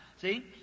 See